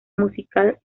musical